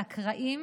על הקרעים